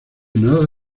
nada